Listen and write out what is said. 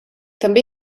també